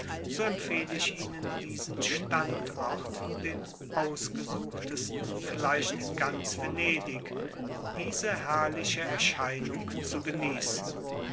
so empfehle ich ihnen diesen standort den ausgesuchtesten vielleicht in ganz venedig diese herrliche erscheinung zu genießen